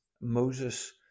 Moses